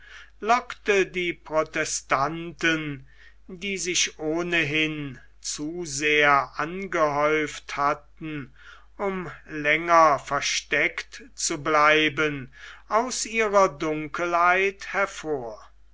lockte die protestanten die sich ohnehin zu sehr angehäuft hatten um länger versteckt zu bleiben aus ihrer dunkelheit hervor